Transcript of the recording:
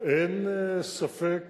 אין ספק